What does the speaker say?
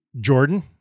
Jordan